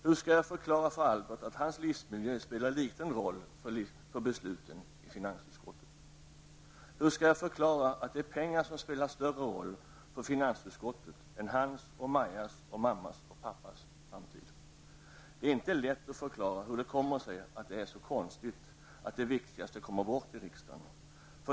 Hur skall jag förklara för Albert att hans livsmiljö spelar liten roll för besluten i finansutskottet? Hur skall jag förklara att pengar spelar större roll för finansutskottet än hans och Majas och mammas och pappas framtid? Det är inte lätt att förklara hur det kommer sig, att det är så här konstigt, att det viktigaste kommer bort i riksdagen.